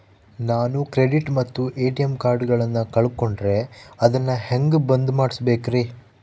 ನಾನು ಕ್ರೆಡಿಟ್ ಮತ್ತ ಎ.ಟಿ.ಎಂ ಕಾರ್ಡಗಳನ್ನು ಕಳಕೊಂಡರೆ ಅದನ್ನು ಹೆಂಗೆ ಬಂದ್ ಮಾಡಿಸಬೇಕ್ರಿ?